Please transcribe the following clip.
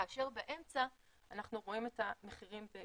כאשר באמצע אנחנו רואים את המחירים באירופה.